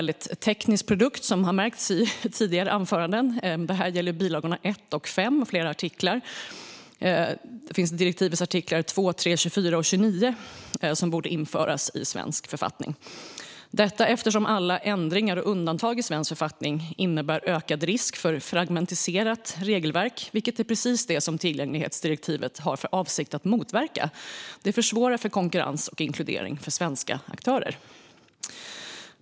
Detta gäller bilagorna I och V och flera artiklar. Det finns artikel 2, 3, 24 och 29 i direktivet som borde införas i svensk författning, detta eftersom alla ändringar och undantag i svensk författning innebär ökad risk för fragmentiserat regelverk, vilket är precis det som tillgänglighetsdirektivet har för avsikt att motverka. Det försvårar för konkurrens och inkludering för svenska aktörer.